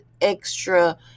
extra